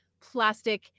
plastic